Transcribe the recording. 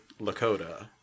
Lakota